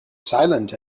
silent